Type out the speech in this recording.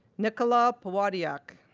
nicola powadiuk,